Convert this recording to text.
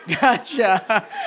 Gotcha